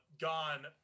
gone